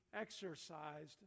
exercised